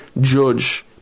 judge